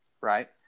right